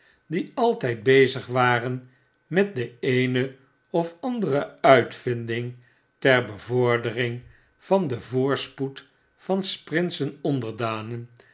die altp bezig waren met de eene of andere uitvinding ter bevordering van den voorspoed van s